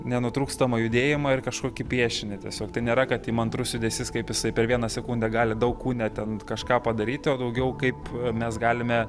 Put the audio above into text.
nenutrūkstamą judėjimą ir kažkokį piešinį tiesiog tai nėra kad įmantrus judesys kaip jisai per vieną sekundę gali daug kūne ten kažką padaryti o daugiau kaip mes galime